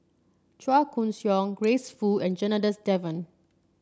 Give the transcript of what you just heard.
Chua Koon Siong Grace Fu and Janadas Devan